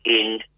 end